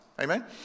Amen